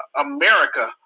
america